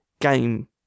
game